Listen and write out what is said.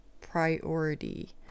priority